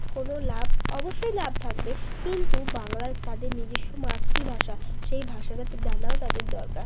কোনো লাভ অবশ্যই লাভ থাকবে কিন্তু বাংলায় তাদের নিজস্ব মাতৃভাষা সেই ভাষাটা তো জানাও তাদের দরকার